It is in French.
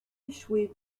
échoué